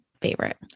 favorite